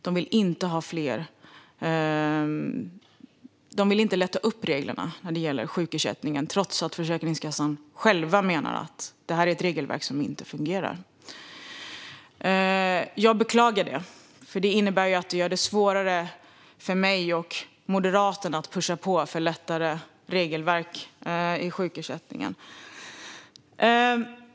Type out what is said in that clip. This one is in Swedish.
De vill inte lätta på reglerna när det gäller sjukersättningen, trots att Försäkringskassan själv menar att det här är ett regelverk som inte fungerar. Jag beklagar detta, för det innebär att det gör det svårare för mig och Moderaterna att pusha på för att lätta på regelverket för sjukersättningen.